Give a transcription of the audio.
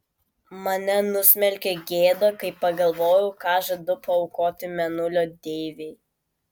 mane nusmelkė gėda kai pagalvojau ką žadu paaukoti mėnulio deivei